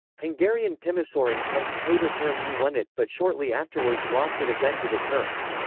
hungarian timisoaran comes peter perenyi won it, but shortly afterwards lost it again to the turks.